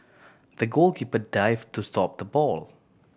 the goalkeeper dive to stop the ball